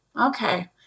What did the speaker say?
okay